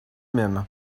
même